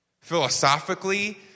Philosophically